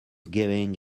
giving